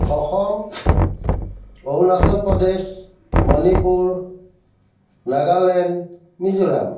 Assam Arunachal Pradesh Manipur Nagaland Mizoram